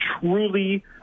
truly